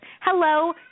Hello